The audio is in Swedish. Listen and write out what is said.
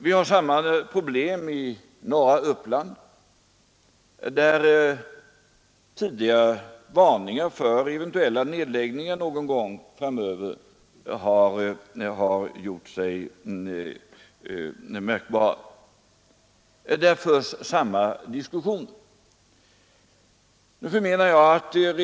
Vi har samma problem i norra Uppland, där man tidigare varnat för eventuella nedläggningar någon gång framöver. Där förs samma diskussion.